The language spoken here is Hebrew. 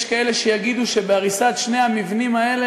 יש כאלה שיגידו שבהריסת שני המבנים האלה,